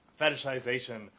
fetishization